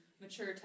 mature